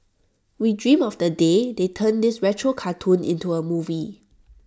we dream of the day they turn this retro cartoon into A movie